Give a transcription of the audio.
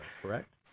correct